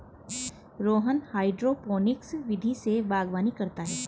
Rohan hydroponics विधि से बागवानी करता है